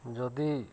ଯଦି